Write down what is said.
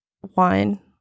one